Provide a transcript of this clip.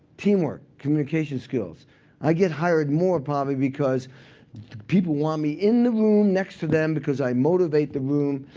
teamwork, communication skills i get hired more, probably, because people want me in the room next to them, because i motivate the room.